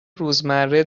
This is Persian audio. روزمره